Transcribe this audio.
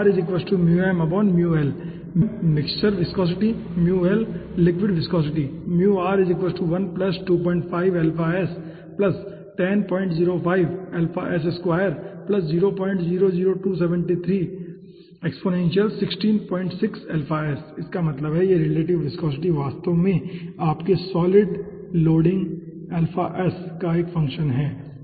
इसका मतलब है कि यह रिलेटिव विस्कोसिटी वास्तव में आपके सॉलिड लोडिंग अल्फा s का एक फंक्शन है ठीक है